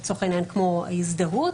לצורך העניין כמו הזדהות,